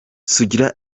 sugira